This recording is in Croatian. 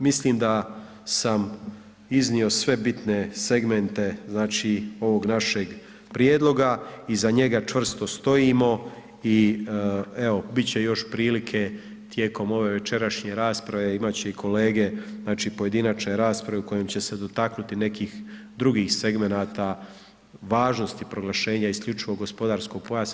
Mislim da sam iznio sve bitne segmente znači ovog našeg prijedloga, iza njega čvrsto stojimo i evo bit će još prilike tijekom ove večerašnje rasprave imat će i kolege znači pojedinačne rasprave u kojim će se dotaknuti nekih drugih segmenata važnosti proglašenja isključivog gospodarskog pojasa.